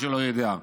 מי שלא יודע,